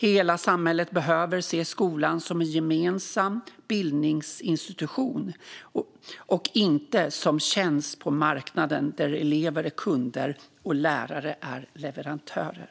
Hela samhället behöver se skolan som en gemensam bildningsinstitution och inte som en tjänst på marknaden, där elever är kunder och lärare är leverantörer.